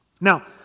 Now